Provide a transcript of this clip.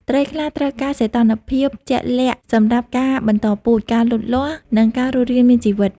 ត្រីខ្លះត្រូវការសីតុណ្ហភាពជាក់លាក់សម្រាប់ការបន្តពូជ ការលូតលាស់ និងការរស់រានមានជីវិត។